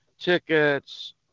Tickets